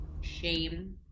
shame